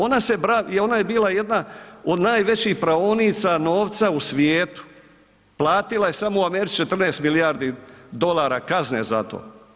Ona se, ona je bila jedna od najvećih praonica novca u svijetu, platila je samo u Americi 14 milijardi dolara kazne za to.